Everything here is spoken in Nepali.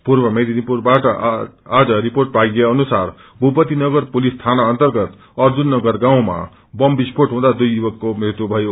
पूर्व मेदिनीपुरबाट आज रिपोट पाइए अनुसार भूपतिनगर पुलिस थाना अन्तगत अर्जुननगर गाउँमा बम विस्फोट हुँदा दुइ युवकको मृत्यु भयो